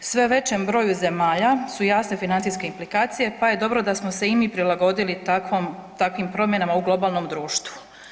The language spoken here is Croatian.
Sve većem broju zemalja su jasne financijske implikacije, pa je dobro da smo se i mi prilagodili takvom, takvim promjenama u globalnom društvu.